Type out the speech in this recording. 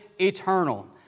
eternal